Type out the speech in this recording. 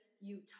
Utah